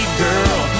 girl